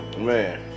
Man